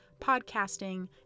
podcasting